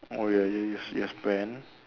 oh ya U_S U_S brand